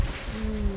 mm